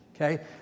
okay